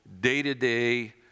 day-to-day